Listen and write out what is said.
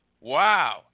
Wow